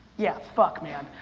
yeah, fuck, man.